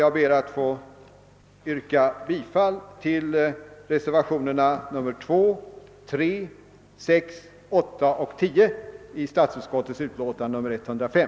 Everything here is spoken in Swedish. Jag ber att få yrka bifall till reservationerna 2, 3, 6, 8 och 10 vid statsutskottets utlåtande nr 105.